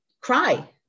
cry